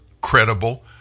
credible